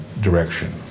direction